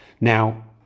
Now